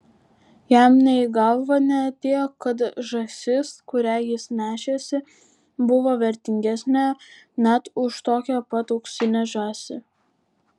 jam nė į galvą neatėjo kad žąsis kurią jis nešėsi buvo vertingesnė net už tokią pat auksinę žąsį